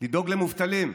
לדאוג למובטלים,